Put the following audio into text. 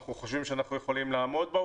אנחנו חושבים שאנחנו יכולים לעמוד בה,